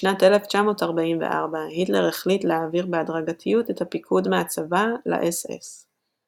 בשנת 1944 היטלר החליט להעביר בהדרגתיות את הפיקוד מהצבא לאס אס.